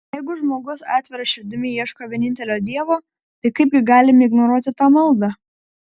jeigu žmogus atvira širdimi ieško vienintelio dievo tai kaipgi galime ignoruoti tą maldą